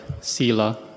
sila